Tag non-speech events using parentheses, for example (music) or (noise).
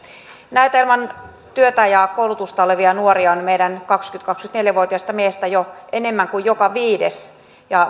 näitä ilman työtä ja koulutusta olevia nuoria on meidän kaksikymmentä viiva kaksikymmentäneljä vuotiaista miehistä jo enemmän kuin joka viides ja (unintelligible)